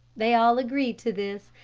they all agreed to this,